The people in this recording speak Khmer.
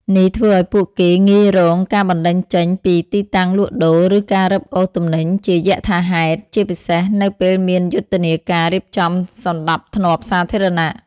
នេះធ្វើឱ្យពួកគេងាយរងការបណ្តេញចេញពីទីតាំងលក់ដូរ ឬការរឹបអូសទំនិញជាយថាហេតុ ជាពិសេសនៅពេលមានយុទ្ធនាការរៀបចំសណ្តាប់ធ្នាប់សាធារណៈ ។